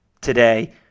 today